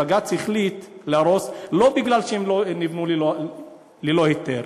בג"ץ החליט להרוס לא בגלל שהם נבנו ללא היתר,